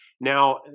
now